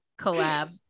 collab